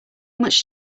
much